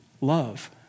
Love